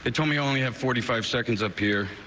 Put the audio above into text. to to me only have forty five seconds appear.